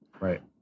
Right